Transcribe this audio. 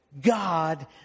God